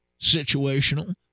situational